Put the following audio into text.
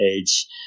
age